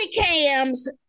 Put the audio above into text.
cams